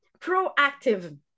proactive